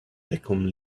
become